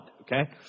Okay